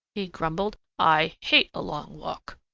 he grumbled. i hate a long walk.